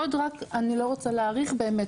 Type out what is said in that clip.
עוד רק, אני לא רוצה להאריך באמת.